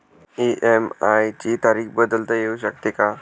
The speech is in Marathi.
इ.एम.आय ची तारीख बदलता येऊ शकते का?